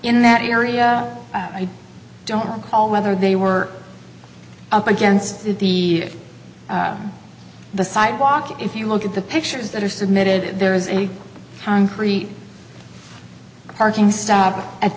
in that area i don't recall whether they were up against the on the sidewalk if you look at the pictures that are submitted there is a concrete parking st